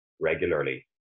regularly